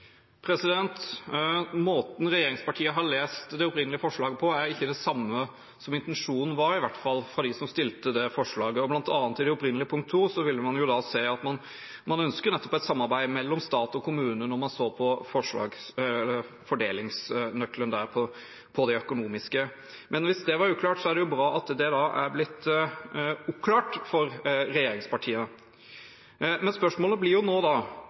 Måten regjeringspartiene har lest det opprinnelige representantforslaget på, er ikke i tråd med det som var intensjonen fra dem som fremmet det. Blant annet vil man i det opprinnelige punkt 2 se at man ønsket nettopp et samarbeid mellom stat og kommune når det gjelder fordelingsnøkkelen for det økonomiske. Men hvis det var uklart, er det bra at det er blitt oppklart for regjeringspartiene. Spørsmålet blir nå: